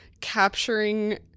capturing